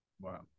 wow